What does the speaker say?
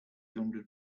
hundred